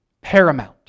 paramount